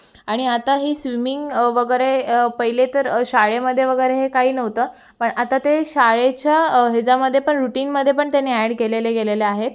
आणि आता ही स्विमिंग वगैरे पहिले तर शाळेमध्ये वगैरे हे काही नव्हतं पण आत्ता ते शाळेच्या ह्याच्यामध्ये पण रुटीनमध्ये पण त्यांनी अॅड केले गेलेले आहेत